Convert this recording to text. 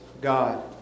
God